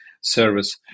service